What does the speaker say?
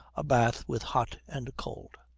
a bath with hot and cold.